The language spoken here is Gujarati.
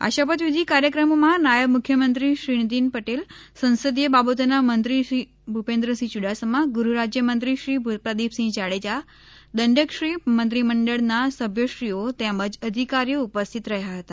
આ શપથવિધિ કાર્યક્રમમાં નાયબ મુખ્યમંત્રી શ્રી નીતિન પટેલસંસદીય બાબતોના મંત્રી શ્રી ભુપેન્દ્રસિંહ યૂડાસમાગૃહરાજ્યમંત્રીશ્રી પ્રદિપસિંહ જાડેજા દંડક શ્રી મંત્રીમંડળના સભ્યશ્રીઓ તેમજ અધિકારીઓ ઉપસ્થિત રહ્યા હતા